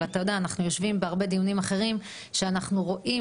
אבל אנחנו יושבים בהרבה דיונים אחרים ואנחנו רואים